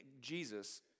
Jesus